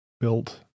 built